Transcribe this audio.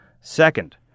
Second